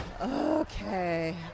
Okay